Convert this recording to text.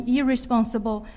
irresponsible